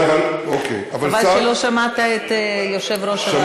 חבל שלא שמעת את יושב-ראש הוועדה.